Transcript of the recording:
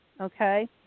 okay